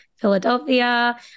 Philadelphia